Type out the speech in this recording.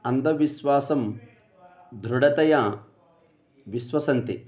अन्धविश्वासं दृढतया विश्वसन्ति